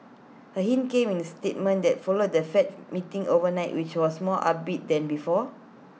A hint came in the statement that followed the fed meeting overnight which was more upbeat than before